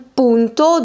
punto